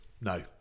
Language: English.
No